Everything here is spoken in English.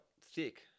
thick